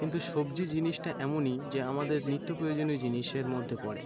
কিন্তু সবজি জিনিসটা এমনই যে আমাদের নিত্য প্রয়োজনীয় জিনিসের মধ্যে পড়ে